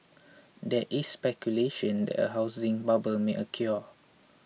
there is speculation that a housing bubble may occur